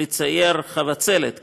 לצייר על המטוס חבצלת,